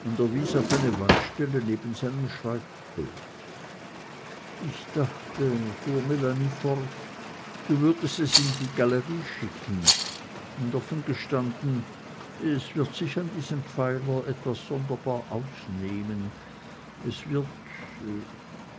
und er wies auf eine wandstelle neben seinem schreibpult ich dachte fuhr melanie fort du würdest es in die galerie schicken und offen gestanden es wird sich an diesem pfeiler etwas sonderbar ausnehmen es wird